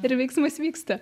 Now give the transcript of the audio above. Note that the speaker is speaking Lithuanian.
ir veiksmas vyksta